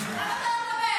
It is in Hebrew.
אתה רציני?